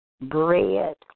bread